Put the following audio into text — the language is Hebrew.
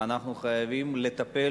ואנחנו חייבים לטפל